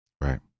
right